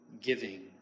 giving